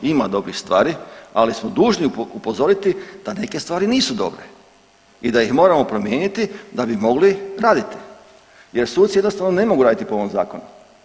Ima dobrih stvari, ali smo dužni upozoriti da neke stvari nisu dobre i da ih moramo promijeniti da bi mogli raditi jer suci jednostavno ne mogu raditi po ovom zakonu.